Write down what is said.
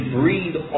breathe